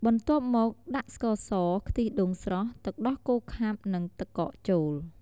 បន្ទាប់មកដាក់ស្ករស ខ្ទិះដូងស្រស់ ទឹកដោះគោខាប់ និងទឹកកកចូល។